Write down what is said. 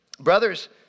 Brothers